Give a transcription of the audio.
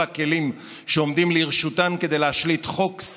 הכלים שעומדים לרשותן כדי להשליט חוק,